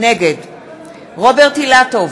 נגד רוברט אילטוב,